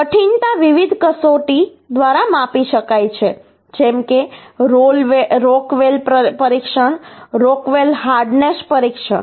તેથી કઠિનતા વિવિધ કસોટી ધ દ્વારા માપી શકાય છે જેમ કે રોક વેલ પરીક્ષણ રોક વેલ હાર્ડનેસ પરીક્ષણ